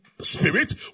Spirit